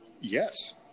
Yes